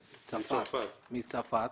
מצרפת.